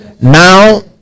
now